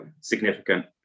significant